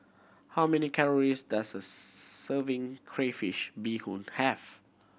how many calories does a serving crayfish beehoon have